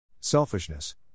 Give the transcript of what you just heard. Selfishness